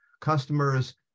customers